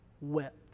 wept